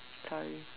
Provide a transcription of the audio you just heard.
sorry